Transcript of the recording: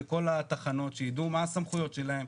לכל התחנות שידעו מה הסמכויות שלהם,